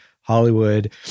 Hollywood